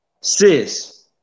sis